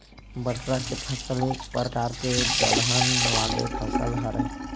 बटरा के फसल एक परकार के दलहन वाले फसल हरय